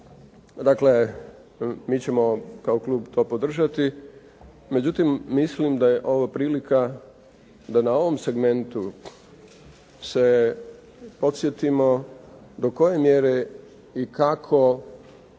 dakle, mi ćemo kao klub to podržati. Međutim, mislim da je ovo prilika da na ovom segmentu se podsjetimo do koje mjere i kako